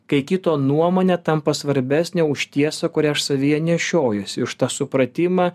kai kito nuomonė tampa svarbesnė už tiesą kurią aš savyje nešiojuosi už tą supratimą